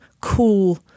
cool